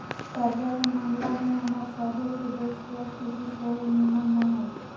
कर्जा के ममला में हमर सभ के देश के स्थिति सेहो निम्मन न हइ